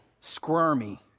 squirmy